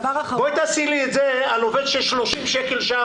בואי תעשי את זה על עובד שמרוויח 30 שקל לשעה,